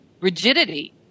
rigidity